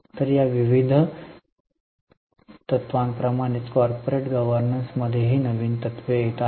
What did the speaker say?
तर या विविध तत्त्वांप्रमाणेच कॉर्पोरेट गव्हर्नन्समध्येही नवीन तत्त्वे येत आहेत